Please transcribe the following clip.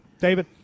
David